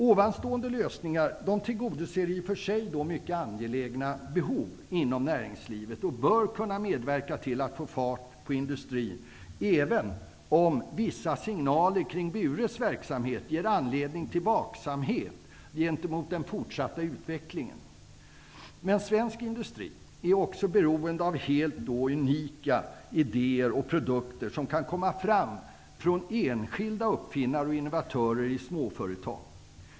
Dessa lösningar tillgodoser i och för sig mycket angelägna behov inom näringslivet och bör kunna medverka till att få fart på industrin, även om vissa signaler kring Bures verksamhet ger anledning till vaksamhet gentemot den fortsatta utvecklingen. Men svensk industri är också beroende av helt unika idéer och produkter som kan komma från enskilda uppfinnare och innovatörer i småföretag.